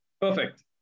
Perfect